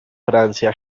francia